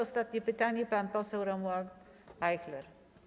Ostanie pytanie, pan poseł Romuald Ajchler.